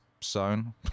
sewn